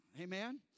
Amen